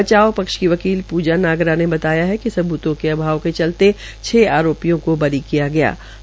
बचाव पक्ष के वकील प्जा नागरा ने बताया कि सबूतों के अभाव के चलते छ आरापियों को बरी किया गया है